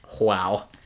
Wow